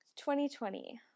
2020